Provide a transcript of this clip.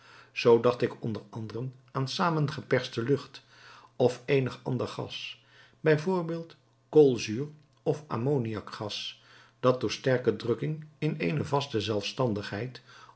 zoo dacht ik onder anderen aan samengeperste lucht of eenig ander gas b v koolzuur of ammoniakgas dat door sterke drukking in eene vaste zelfstandigheid